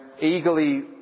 eagerly